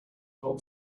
not